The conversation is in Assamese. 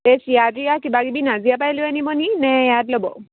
এই চিৰা তিৰা কিবা কিবি নাজিৰা পৰা লৈ আনিব নি নে ইয়াত ল'ব